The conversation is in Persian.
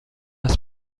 است